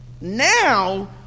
now